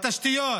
בתשתיות,